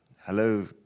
Hello